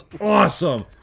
awesome